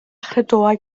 chredoau